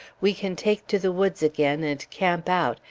we can take to the woods again, and camp out,